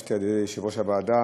התבקשתי על-ידי יושב-ראש הוועדה